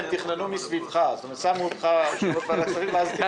אני לא ארפה בנושא הזה, הרב גפני.